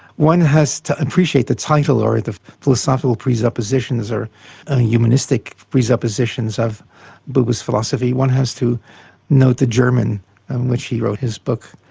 one has to appreciate the title, or the philosophical presuppositions, or humanistic presuppositions, of buber's philosophy. one has to note the german in which he wrote his book.